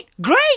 Great